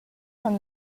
from